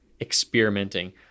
experimenting